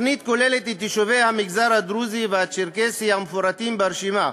התוכנית כוללת את יישובי המגזר הדרוזי והצ'רקסי המפורטים ברשימה.